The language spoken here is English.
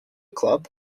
club